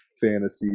fantasy